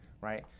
right